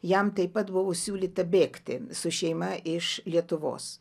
jam taip pat buvo siūlyta bėgti su šeima iš lietuvos